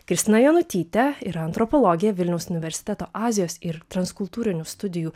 kristina jonutytė yra antropologė vilniaus universiteto azijos ir transkultūrinių studijų